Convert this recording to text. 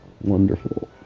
wonderful